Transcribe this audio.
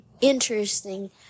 interesting